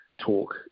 talk